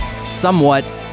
somewhat